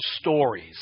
stories